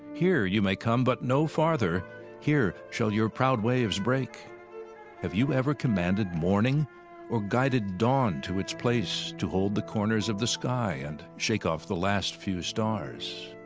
here you may come, but no farther here shall your proud waves break have you ever commanded morning or guided dawn to its place, to hold the corners of the sky and shake off the last few stars?